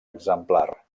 exemplar